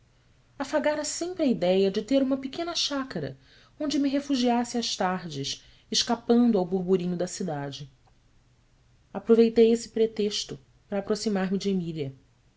afagara sempre a idéia de ter uma pequena chácara onde me refugiasse às tardes escapando ao burburinho da cidade aproveitei esse pretexto para aproximar me de emília